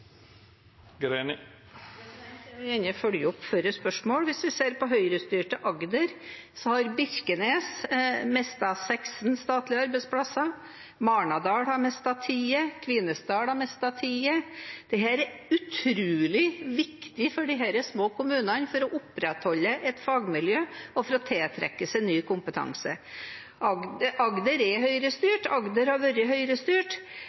Jeg vil gjerne følge opp forrige spørsmål: Hvis vi ser på høyrestyrte Agder, har Birkenes mistet 16 statlige arbeidsplasser, Marnardal har mistet 10, og Kvinesdal har mistet 10. Disse er utrolig viktige for disse små kommunene for å opprettholde et fagmiljø og for å tiltrekke seg ny kompetanse. Agder er høyrestyrt og har vært høyrestyrt,